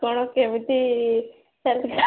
କ'ଣ କେମିତି ଚାଲି